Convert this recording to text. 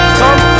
come